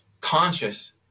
conscious